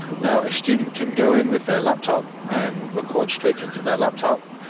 now a student can go in with their laptop and record straight into their laptop